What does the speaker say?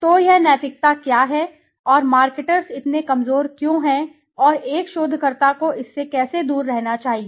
तो यह नैतिकता क्या है और मार्केटर्स इतने कमजोर क्यों हैं और एक शोधकर्ता को इससे कैसे दूर रहना चाहिए